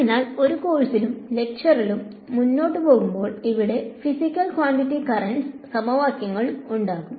അതിനാൽ ഈ ഒരു കോഴ്സ് ലും ലെക്ചറിലും മുന്നോട്ട് പോകുമ്പോൾ ഇവിടെ ഫിസികൽ ക്വാണ്ടിട്ടി കറന്റ്സ് സമവാക്യങ്ങളും ഉണ്ടാകും